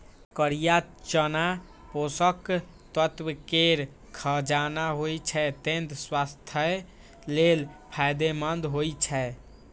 करिया चना पोषक तत्व केर खजाना होइ छै, तें स्वास्थ्य लेल फायदेमंद होइ छै